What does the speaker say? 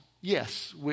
Yes